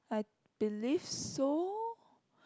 I believe so